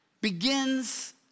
begins